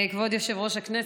כבוד יושב-ראש הישיבה,